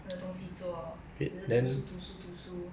没有东西做只是读书读书读书